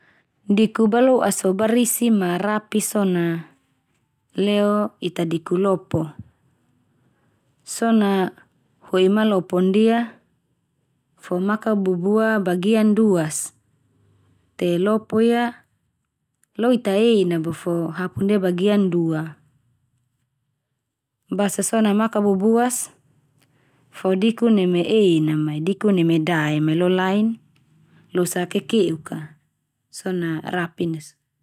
Diku baloas fo barisi ma rapi so na leo ita diku lopo. so na hoi ma lopo ndia fo makabubua bagian duas te lopo ia lo ita en na bo fo hapu ndia bagian dua. Basa so na makabubuas, fo diku neme en na mai dikun neme dae mai lo lain, losa kekeuk ka, so na rapi ndia so.